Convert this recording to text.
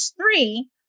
three